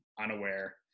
unaware